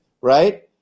right